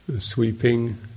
Sweeping